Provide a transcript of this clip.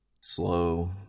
slow